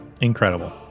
Incredible